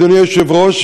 אדוני היושב-ראש,